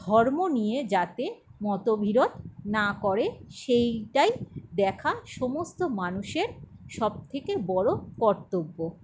ধর্ম নিয়ে যাতে মতবিরোধ না করে সেইটায় দেখা সমস্ত মানুষের সব থেকে বড়ো কর্তব্য